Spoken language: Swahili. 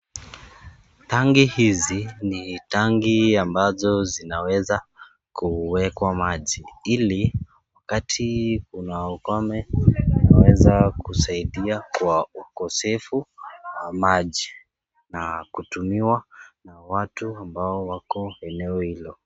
Tangi hizi ni tangi ambazo zinaweza kuwekwa maji ili wakati unaukame unaweza kusaidia kwa kwa ukosefu wa maji na kutumiwa kwa watu ambao wako eneo hilo.